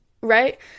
right